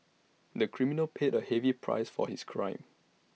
the criminal paid A heavy price for his crime